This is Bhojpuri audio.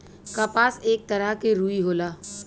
कपास एक तरह के रुई होला